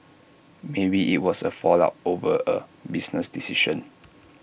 maybe IT was A fallout over A business decision